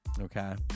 Okay